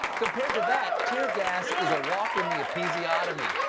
compared to that, tear gas is a walk in the episiotomy!